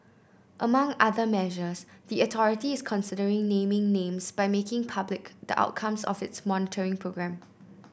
among other measures the authority is considering naming names by making public the outcomes of its monitoring programme